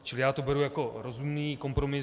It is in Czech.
Čili já to beru jako rozumný kompromis.